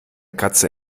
katze